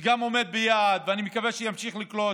שגם עומדת ביעד, ואני מקווה שתמשיך לקלוט.